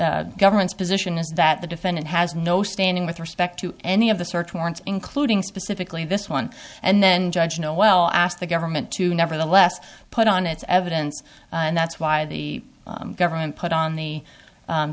government's position is that the defendant has no standing with respect to any of the search warrants including specifically this one and then judge you know well ask the government to nevertheless put on its evidence and that's why the government put on the